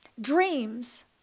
Dreams